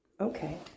okay